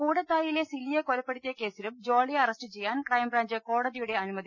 കൂടത്തായിയിലെ സിലിയെ കൊലപ്പെടുത്തിയ കേസിലും ജോളിയെ അറസ്റ്റ് ചെയ്യാൻ ക്രൈംബ്രാഞ്ചിന് കോടതിയുടെ അനുമതി